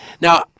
Now